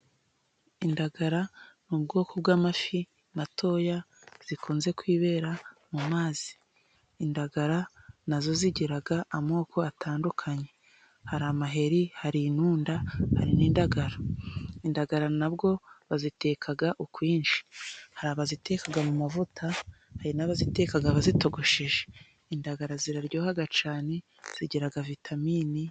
Indagara ni ubwoko bw'amafi matoya zikunze kwibera mu mazi. Indagara nazo zigiraga amoko atandukanye hari amaheri, hari inunda, hari n'indagara. Indagara na bwo baziteka ukwinshi hari abaziteka mu mavuta, hari n'abaziteka bazitogoshe. Indagara ziraryoha cyane zigira vitamini.